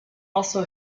also